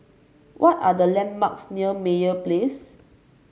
what are the landmarks near Meyer Place